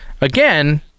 again